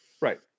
Right